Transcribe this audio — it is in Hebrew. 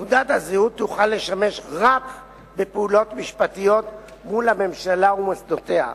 תעודת הזהות תוכל לשמש רק בפעולות משפטיות מול הממשלה ומוסדותיה.